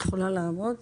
אם את רוצה.